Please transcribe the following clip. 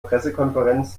pressekonferenz